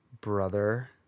brother